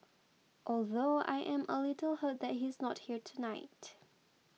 although I am a little hurt that he's not here tonight